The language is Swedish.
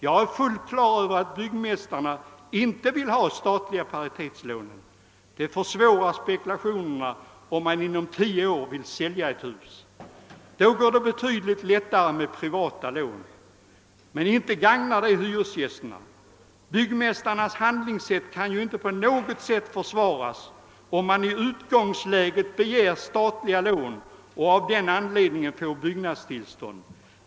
Jag är fullt klar över att byggmästarna inte vill ha de statliga paritetslånen — de försvårar spekulationerna om man inom tio år vill sälja ett hus. Då går det betydligt lättare med privata lån, men inte gagnar dessa hyresgästerna. Byggmästarnas handlingssätt kan inte på något sätt försvaras om de i utgångsläget begär statliga lån och av den anledningen får byggnadstillstånd.